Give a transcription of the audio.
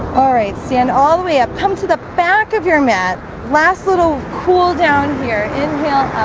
all right stand all the way up come to the back of your mat last little cooldown here inhale